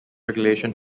regulation